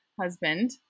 husband